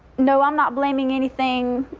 no. i'm not blaming anything.